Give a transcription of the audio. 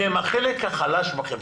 והם החלק החלש בחברה.